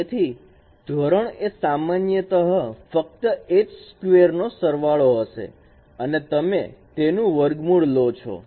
તેથી ધોરણ એ સામાન્યતઃ ફક્ત h સ્ક્વેર નો સરવાળો હશે અને તમે તેનુ વર્ગમૂળ લો છો